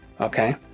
okay